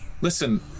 listen